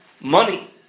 money